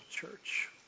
church